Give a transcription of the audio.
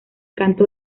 canto